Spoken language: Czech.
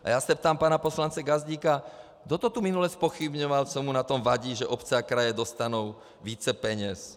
A já se ptám pana poslance Gazdíka: Kdo to tu minule zpochybňoval, co mu na tom vadí, že obce a kraje dostanou více peněz?